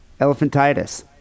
elephantitis